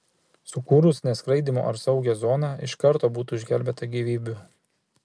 sukūrus neskraidymo ar saugią zoną iš karto būtų išgelbėta gyvybių